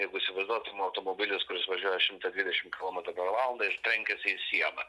jeigu įsivaizduotum automobilis kuris važiuoja šimtą dvidešimt kilometrų per valandą ir trenkiasi į sieną